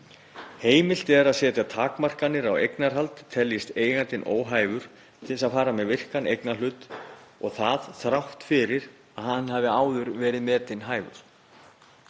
Heimilt er að setja takmarkanir á eignarhald teljist eigandinn óhæfur til að fara með virkan eignarhlut og það þrátt fyrir að hann hafi áður verið metinn hæfur.